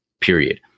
period